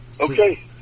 Okay